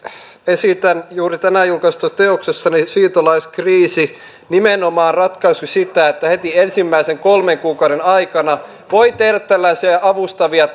esitän juuri tänään julkaistavassa teoksessani siirtolaiskriisi ratkaisuksi nimenomaan sitä että heti ensimmäisen kolmen kuukauden aikana voi tehdä tällaisia avustavia